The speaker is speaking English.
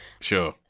Sure